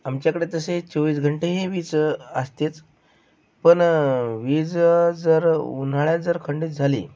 आमच्याकडे तसे चोवीस घंटेही वीज असतेच पण वीज जर उन्हाळ्यात जर खंडित झाली